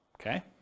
Okay